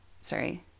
Sorry